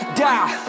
die